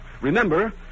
Remember